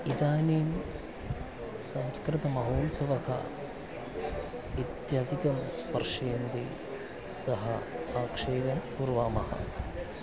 इदानीं संस्कृतमहोत्सवः इत्यादिकं स्पर्शयन्ति सः आक्षेपं कुर्वामः